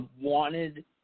wanted